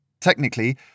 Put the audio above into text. Technically